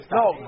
no